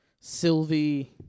Sylvie